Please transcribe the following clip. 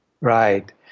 Right